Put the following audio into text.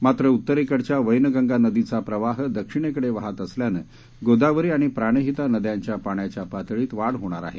मात्र उत्तरेकडच्या वैनगंगा नदीचा प्रवाह दक्षिणेकडे वाहत सल्यानं गोदावरी आणि प्राणहिता नद्यांच्या पाण्याच्या पातळीत वाढ होणार आहे